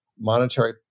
monetary